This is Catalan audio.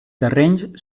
terrenys